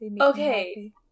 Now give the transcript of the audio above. Okay